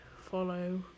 follow